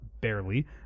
Barely